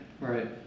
Right